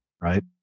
right